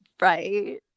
right